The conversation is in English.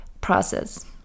process